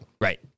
Right